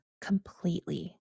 completely